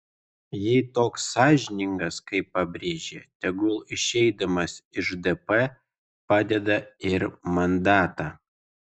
jei toks sąžiningas kaip pabrėžė tegul išeidamas iš dp padeda ir mandatą